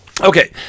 Okay